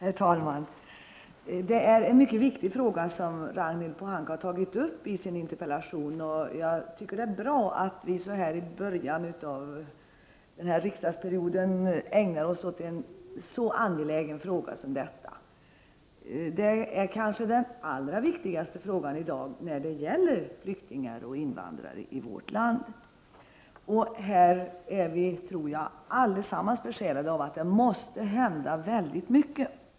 Herr talman! Det är en mycket viktig fråga som Ragnhild Pohanka har tagit uppi sin interpellation, och jag tycker att det är bra att vi så här i början av denna riksdagsperiod ägnar oss åt en så angelägen fråga. Det är kanske den allra viktigaste frågan i dag när det gäller flyktingar och invandrare i vårt land, och jag tror att vi alla är besjälade av tanken att det måste hända mycket.